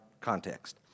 context